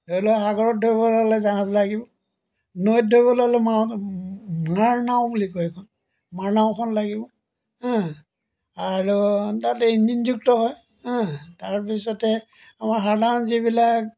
ধৰি লওক সাগৰত ধৰিবলৈ হ'লে জাহাজ লাগিব নৈত ধৰিবলৈ হ'লে মাৰনাও বুলি কয় সেইখন মাৰনাওখন লাগিব আৰু তাত ইঞ্জিনযুক্ত তাৰ পিছতে আমাৰ সাধাৰণ যিবিলাক